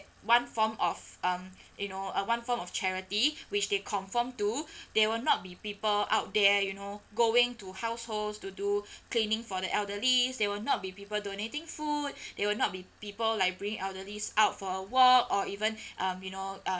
one form of um you know uh one form of charity which they confirm to there will not be people out there you know going to households to do cleaning for the elderlies there will not be people donating food there will not be people like bringing elderlies out for a walk or even um you know uh